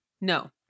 No